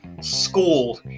school